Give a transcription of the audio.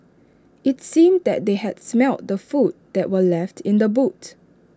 IT seemed that they had smelt the food that were left in the boot